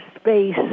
space